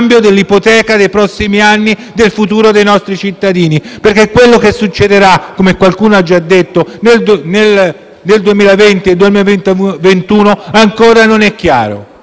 in cambio di un'ipoteca nei prossimi anni sul futuro dei nostri cittadini. Quello che succederà, come qualcuno ha già detto, nel 2020-2021 non è ancora chiaro.